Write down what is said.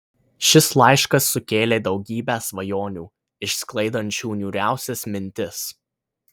šis laiškas sukėlė daugybę svajonių išsklaidančių niūriausias mintis